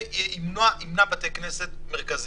וימנע בתי כנסת מרכזיים.